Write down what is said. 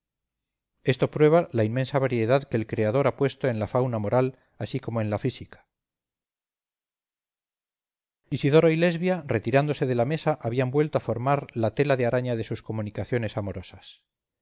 esto prueba la inmensa variedad que el creador ha puesto en la fauna moral así como en la física isidoro y lesbia retirándose de la mesa habían vuelto a formar la tela de araña de sus comunicaciones amorosas